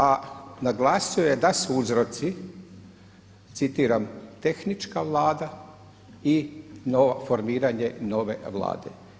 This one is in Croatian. A naglasio je da su uzroci, citiram: „Tehnička Vlada i formiranje nove Vlade.